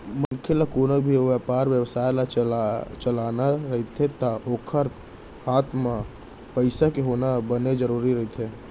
मनखे ल कोनो भी बेपार बेवसाय ल चलाना रहिथे ता ओखर हात म पइसा के होना बने जरुरी रहिथे